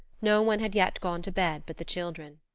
no one had yet gone to bed but the children.